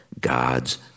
God's